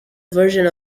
version